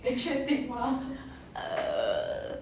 err